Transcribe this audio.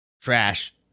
trash